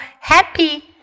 happy